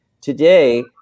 Today